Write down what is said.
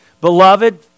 Beloved